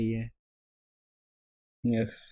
Yes